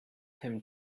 him